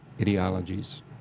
ideologies